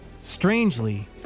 Strangely